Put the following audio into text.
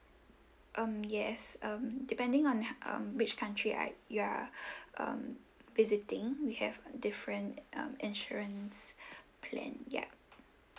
um yes um depending on um which country I you're um visiting we have different um insurance plan ya